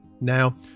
Now